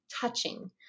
touching